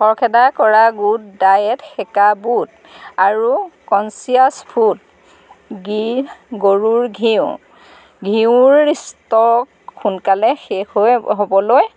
খৰখেদা কৰা good diet সেকা বুট আৰু কনচিয়াছ ফুড গিৰ গৰুৰ ঘিউ ঘিউৰ ষ্টক সোনকালে শেষ হৈ হ'বলৈ